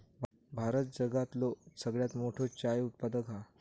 भारत जगातलो सगळ्यात मोठो चाय उत्पादक हा